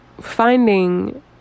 finding